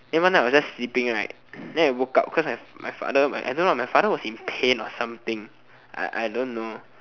and one night I was just sleeping right than I woke up because my my father I don't know my father was just in pain or something I I don't know